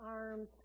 arms